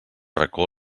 racó